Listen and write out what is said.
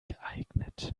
geeignet